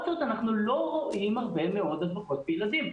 זאת אנחנו לא רואים הרבה מאוד הדבקות בילדים.